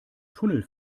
tunnel